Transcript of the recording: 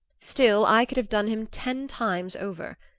still, i could have done him ten times over.